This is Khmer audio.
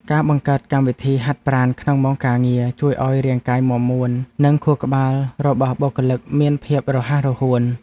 ការបង្កើតកម្មវិធីហាត់ប្រាណក្នុងម៉ោងការងារ ជួយឱ្យរាងកាយមាំមួននិងខួរក្បាលរបស់បុគ្គលិកមានភាពរហ័សរហួន។